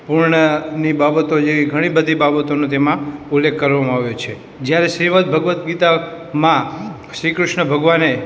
પૂર્ણની બાબતો જેવી ઘણી બધી બાબતોનો તેમાં ઉલ્લેખ કરવામાં આવ્યો છે જયારે શ્રીમદ્ ભગવદ્ ગીતામાં શ્રીકૃષ્ણ ભગવાને